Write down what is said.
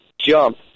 jump